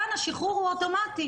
כאן השחרור הוא אוטומטי.